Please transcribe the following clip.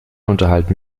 unterhalten